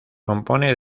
compone